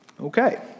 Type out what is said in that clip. Okay